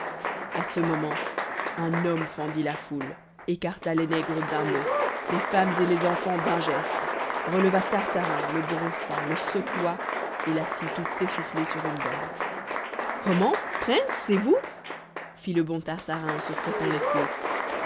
a ce moment un homme fendit la foule écarta les nègres d'un mot les femmes et les enfants d'un geste releva tartarin le brossa le secoua et l'assit tout essoufflé sur une borne comment préïnce c'est vous fit le bon tartarin en se frottant les côtes